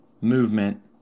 movement